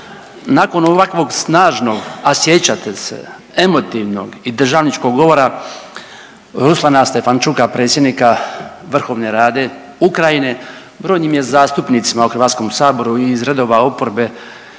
Nakon ovako snažnog, a sjećate se emotivnog i državničkog govora Ruslana Stefanchuka, predsjednika Vrhovne Rade Ukrajine, brojnim je zastupnicima HS-u i iz redova oporbe